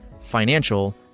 financial